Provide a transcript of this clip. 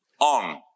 on